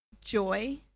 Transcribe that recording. joy